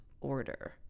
order